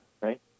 right